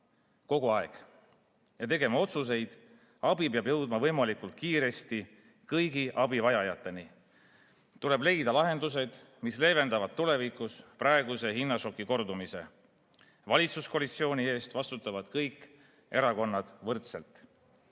valitsema ja tegema otsuseid; abi peab jõudma võimalikult kiiresti kõigi abi vajajateni; tuleb leida lahendused, mis leevendavad tulevikus praeguse hinnašoki kordumise; valitsuskoalitsiooni eest vastutavad kõik selle erakonnad võrdselt."